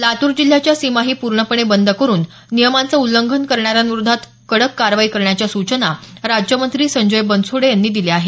लातूर जिल्ह्याच्या सीमाही पूर्णपणे बंद करुन नियमांचं उल्लंघन करणाऱ्यांविरूद्ध कडक कारवाई करण्याच्या सूचना राज्यमंत्री संजय बनसोडे यांनी दिल्या आहेत